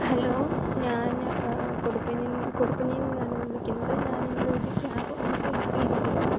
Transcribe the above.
hello ഞാ കൊടുപ്പനയിൽ കൊടുപ്പനയിൽ നിന്നാണ് വിളിക്കുന്നതു ഞാൻ നിങ്ങളുടെയൊരു ക്യാബ് ഓട്ടോ ബുക്ക് ചെയ്തിരുന്നു